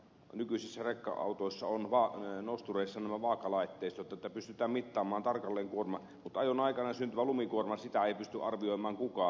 nykyisissä nostureissa on nämä vaakalaitteistot että pystytään mittaamaan tarkalleen kuorma mutta ajon aikana syntyvää lumikuormaa ei pysty arvioimaan kukaan